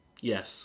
Yes